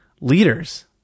Leaders